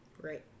Right